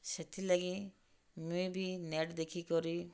ସେଥିଲାଗି ମୁଇଁ ବି ନେଟ୍ ଦେଖିକରି